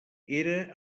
era